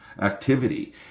activity